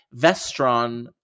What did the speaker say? Vestron